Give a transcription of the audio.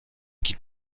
qui